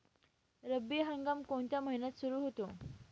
रब्बी हंगाम कोणत्या महिन्यात सुरु होतो?